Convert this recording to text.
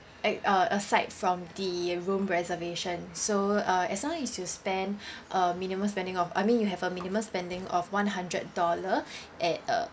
at uh aside from the room reservation so uh as long as you spend a minimum spending of I mean you have a minimum spending of one hundred dollar at uh